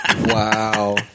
Wow